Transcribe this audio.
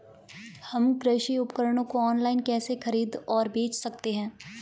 हम कृषि उपकरणों को ऑनलाइन कैसे खरीद और बेच सकते हैं?